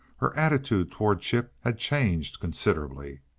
her attitude toward chip had changed considerably.